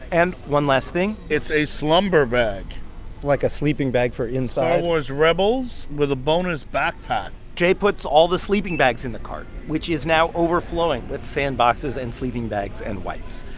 and one last thing. it's a slumber bag like a sleeping bag for inside? star wars rebels with a bonus backpack jay puts all the sleeping bags in the cart, which is now overflowing with sandboxes and sleeping bags and wipes.